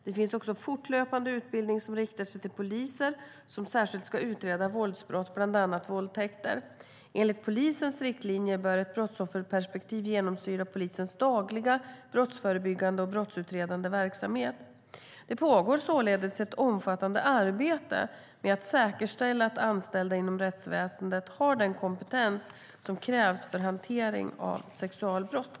Det finns fortlöpande utbildning som riktar sig till poliser som särskilt ska utreda våldsbrott, bland annat våldtäkter. Enligt polisens riktlinjer bör ett brottsofferperspektiv genomsyra polisens dagliga brottsförebyggande och brottsutredande verksamhet. Det pågår således ett omfattande arbete med att säkerställa att anställda inom rättsväsendet har den kompetens som krävs för hantering av sexualbrott.